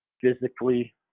physically